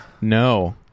no